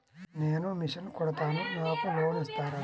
నేను మిషన్ కుడతాను నాకు లోన్ ఇస్తారా?